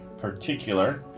particular